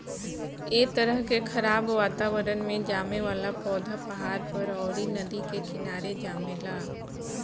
ए तरह के खराब वातावरण में जामे वाला पौधा पहाड़ पर, अउरी नदी के किनारे जामेला